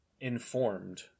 informed